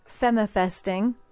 femifesting